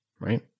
Right